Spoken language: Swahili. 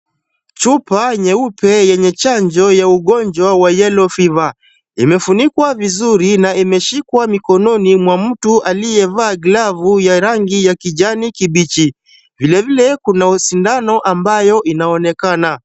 Chupa nyeupe yenye chanjo ya ugonjwa wa yellow fever . Imefunikwa vizuri na imeshikwa mkononi mwa mtu aliyevaa glavu ya rangi ya kijani kibichi. Vilevile kunayo sindano ambayo inaonekana